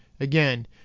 Again